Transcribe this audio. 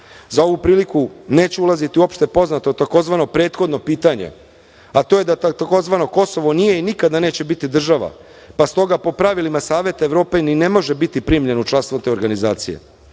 Za ovu priliku neću ulaziti u opšte poznato tzv. "prethodno pitanje", a to je da tzv. "Kosovo" nije i nikada neće biti država, pa s toga po pravilima Saveta Evrope ni ne može biti primljeno u članstvo te organizacije.Međutim,